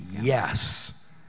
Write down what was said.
Yes